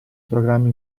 programmi